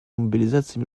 мобилизации